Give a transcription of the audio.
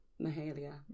Mahalia